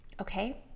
Okay